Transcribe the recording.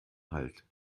halt